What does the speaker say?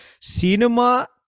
cinema